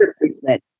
replacement